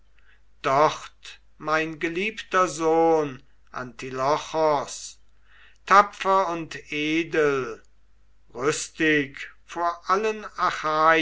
dort mein geliebter sohn antilochos tapfer und edel rüstig vor allen